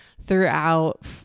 throughout